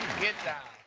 get down!